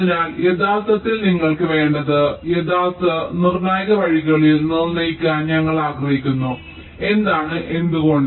അതിനാൽ യഥാർത്ഥത്തിൽ നിങ്ങൾക്ക് വേണ്ടത് യഥാർത്ഥ നിർണായക വഴികൾ നിർണ്ണയിക്കാൻ ഞങ്ങൾ ആഗ്രഹിക്കുന്നു എന്നതാണ് എന്തുകൊണ്ട്